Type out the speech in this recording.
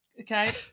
Okay